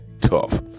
tough